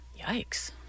Yikes